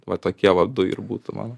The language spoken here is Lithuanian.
va tokie va du ir būtų mano